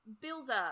builder